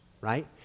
right